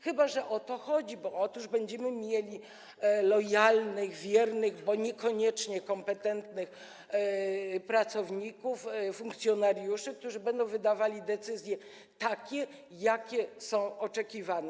Chyba że o to chodzi, bo otóż będziemy mieli lojalnych, wiernych, bo niekoniecznie kompetentnych pracowników, funkcjonariuszy, którzy będą wydawali takie decyzje, jakie są oczekiwane.